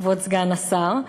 כבוד סגן השר,